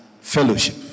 fellowship